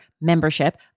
membership